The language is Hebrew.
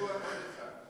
כבר היה עוד פיגוע אחד.